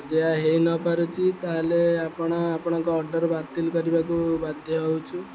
ଯଦି ଏହା ହେଇ ନ ପାରୁଛି ତା'ହେଲେ ଆପଣ ଆପଣଙ୍କ ଅର୍ଡ଼ର୍ ବାତିଲ କରିବାକୁ ବାଧ୍ୟ ହଉଛୁ